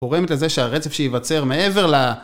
גורמת לזה שהרצף שיבצר מעבר ל...